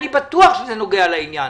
אני בטוח שזה נוגע לעניין,